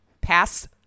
Pass